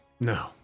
No